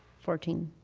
fourteen.